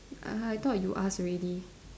I thought you ask already